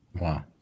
Wow